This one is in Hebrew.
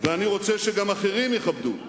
ואני רוצה שגם אחרים יכבדו,